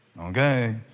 Okay